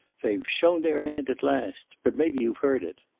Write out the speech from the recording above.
they've shown their hand at last. but maybe you've heard it.